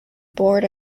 board